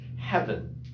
heaven